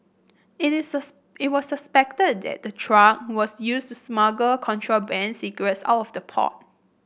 it is it was suspected that the truck was used to smuggle contraband cigarettes out of the port